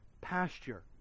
Pasture